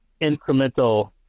incremental